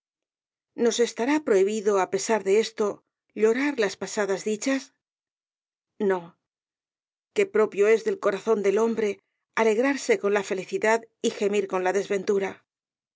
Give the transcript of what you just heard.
nos estará prohibido á pesar de esto llorar las pasadas dichas no que propio es del corazón del hombre alegrarse con la felicidad y gemir con la desventura